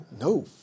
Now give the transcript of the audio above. No